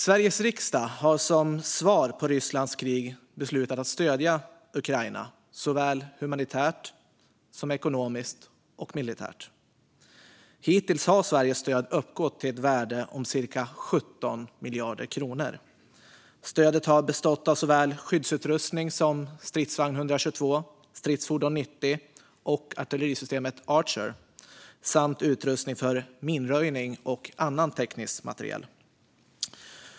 Sveriges riksdag har som svar på Rysslands krig beslutat att stödja Ukraina såväl humanitärt som ekonomiskt och militärt. Hittills har Sveriges stöd uppgått till ett värde om cirka 17 miljarder kronor. Stödet har bestått av såväl skyddsutrustning som Stridsvagn 122, Stridsfordon 90 och artillerisystemet Archer samt utrustning för minröjning och annan teknisk materiel.